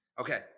Okay